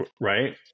Right